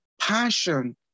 passion